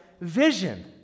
vision